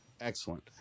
Excellent